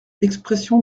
expression